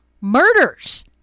murders